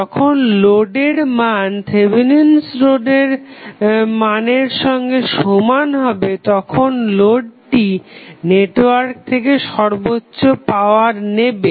যখন লোডের মান থেভেনিন'স রোধের Thevenins resistance মানের সঙ্গে সমান হবে তখন লোডটি নেটওয়ার্ক থেকে সর্বোচ্চ পাওয়ার নেবে